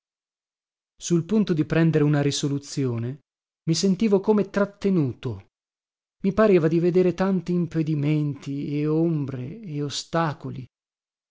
sul punto di prendere una risoluzione mi sentivo come trattenuto mi pareva di vedere tanti impedimenti e ombre e ostacoli